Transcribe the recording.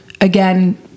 again